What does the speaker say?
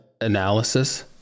Analysis